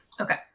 Okay